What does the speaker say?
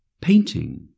painting